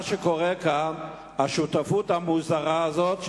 מה שקורה כאן הוא השותפות המוזרה הזאת,